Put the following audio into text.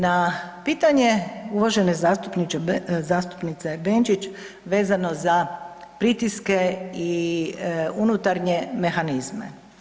Na pitanje uvažene zastupnice Benčić vezano za pritiske i unutarnje mehanizme.